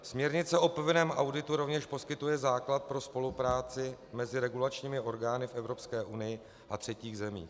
Směrnice o povinném auditu rovněž poskytuje základ pro spolupráci mezi regulačními orgány v Evropské unii a třetích zemích.